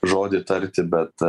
žodį tarti bet